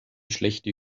schlechte